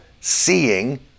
seeing